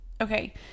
Okay